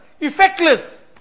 effectless